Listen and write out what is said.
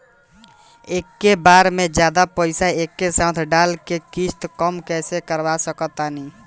एके बार मे जादे पईसा एके साथे डाल के किश्त कम कैसे करवा सकत बानी?